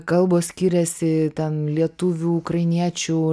kalbos skiriasi ten lietuvių ukrainiečių